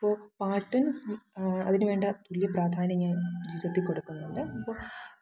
ഇപ്പോൾ പാട്ടിന് അതിന് വേണ്ട തുല്യ പ്രാധാന്യം ഞാന് ജീവിതത്തില് കൊടുക്കുന്നുണ്ട് ഇപ്പോൾ